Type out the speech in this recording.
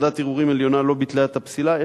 ועדת הערעורים העליונה לא ביטלה את הפסילה,